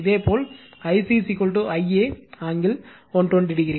இதேபோல் Ic Ia angle 120 o